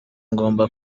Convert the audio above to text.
ngomba